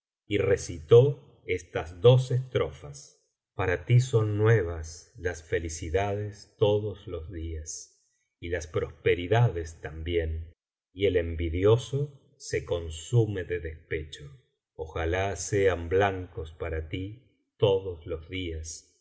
y recitó estas dos estrofas para ti son nuevas las felicidades todos los días y las prosperidades también y el envidioso se consume de despecho ojalá sean blancos para ti todos los días